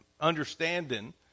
understanding